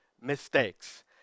mistakes